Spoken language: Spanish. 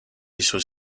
sus